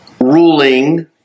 ruling